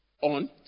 on